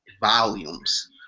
volumes